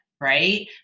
right